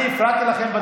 אני הפרעתי לכם?